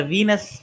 Venus